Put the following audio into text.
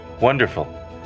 Wonderful